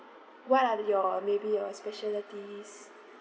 what are the your maybe your specialties